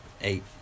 eight